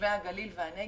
לתושבי הגליל והנגב,